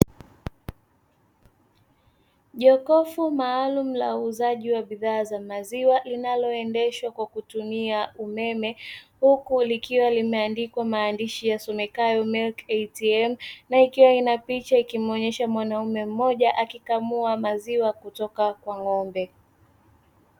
Jokofu maalumu la uuzaji wa bidhaa za maziwa linaloendeshwa kwa kutumia umeme, huku likiwa limeandikwa maandishi yasomekayo "milki ATM", na likiwa lina picha ikimuonyesha mwanaume mmoja akikamua maziwa kutoka kwa ng'ombe.